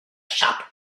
shop